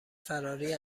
فراری